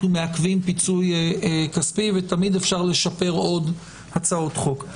מעכבים פיצוי כספי ותמיד אפשר לשפר עוד הצעות חוק.